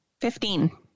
Fifteen